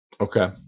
Okay